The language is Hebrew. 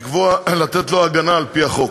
לתת לו הגנה על-פי החוק.